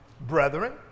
brethren